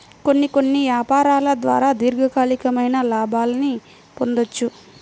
కొన్ని కొన్ని యాపారాల ద్వారా దీర్ఘకాలికమైన లాభాల్ని పొందొచ్చు